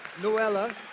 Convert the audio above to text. Noella